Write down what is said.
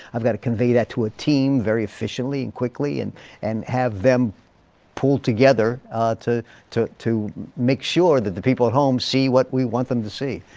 i've got to convey that to a team very efficiently and quickly and and have them pull together to to make sure that the people at home see what we want them to see.